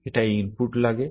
এটায় ইনপুট লাগে